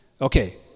Okay